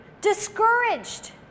discouraged